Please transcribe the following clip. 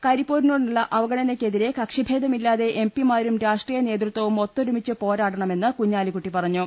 കരിപ്പൂരിനോടുള്ള അവഗണനക്ക് എതിരെ കക്ഷി ഭേദമില്ലാതെ എംപിമാരും രാഷ്ട്രീയ നേതൃത്വവും ഒത്തൊരുമിച്ച് പോരാടണമെന്ന് കുഞ്ഞാലിക്കുട്ടി പറഞ്ഞു